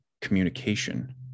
communication